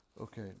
Okay